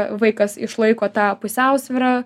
vaikas išlaiko tą pusiausvyrą